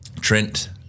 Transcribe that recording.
Trent